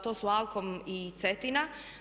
To su Alcom i Cetina.